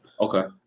Okay